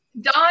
Don